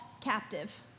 captive